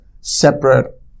separate